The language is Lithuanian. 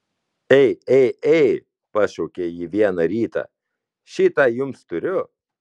ei ei ei pašaukė ji vieną rytą šį tą jums turiu